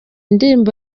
ndirimbo